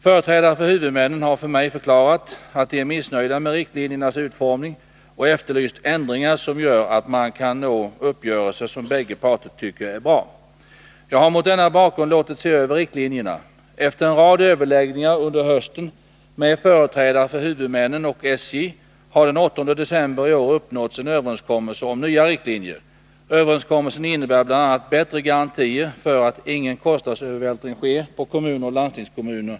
Företrädare för huvudmännen har för mig förklarat att de är missnöjda med riktlinjernas utformning och efterlyst ändringar som gör att man kan nå uppgörelser som bägge parter tycker är bra. Jag har mot denna bakgrund låtit se över riktlinjerna. Efter en rad överläggningar under hösten med företrädare för huvudmännen och SJ har den 8 december i år uppnåtts en överenskommelse om nya riktlinjer. Överenskommelsen innebär bl.a. bättre garantier för att ingen kostnadsövervältring sker på kommuner och landstingskommuner.